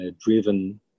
driven